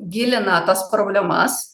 gilina tas problemas